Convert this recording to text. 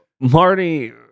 marty